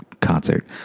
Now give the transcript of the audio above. concert